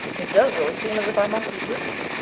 it does really seem as if i must be dreaming.